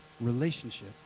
relationship